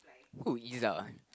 who Izzah